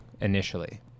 initially